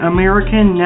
American